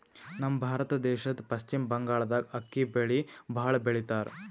ನಮ್ ಭಾರತ ದೇಶದ್ದ್ ಪಶ್ಚಿಮ್ ಬಂಗಾಳ್ದಾಗ್ ಅಕ್ಕಿ ಬೆಳಿ ಭಾಳ್ ಬೆಳಿತಾರ್